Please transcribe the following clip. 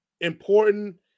important